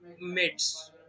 mates